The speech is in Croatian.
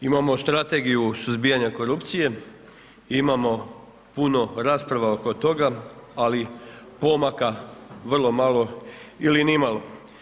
Imamo strategiju suzbijanja korupcije i imamo puno rasprava oko toga, ali pomaka vrlo malo ili ni malo.